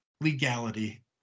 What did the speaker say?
legality